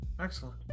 excellent